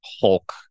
hulk